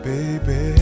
Baby